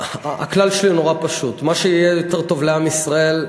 הכלל שלי מאוד פשוט: מה שיהיה יותר טוב לעם ישראל.